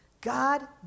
God